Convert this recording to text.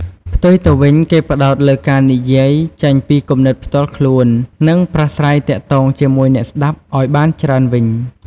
ផ្ទុយទៅវិញ គេផ្តោតទៅលើការនិយាយចេញពីគំនិតផ្ទាល់ខ្លួន និងប្រាស្រ័យទាក់ទងជាមួយអ្នកស្ដាប់ឱ្យបានច្រើនវិញ។